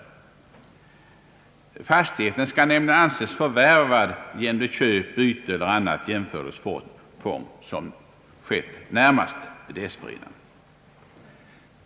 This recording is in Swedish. Fastigheten skall nämligen anses förvärvad genom det köp, byte eller annat jämförligt fång som närmast dessförinnan skett.